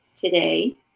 today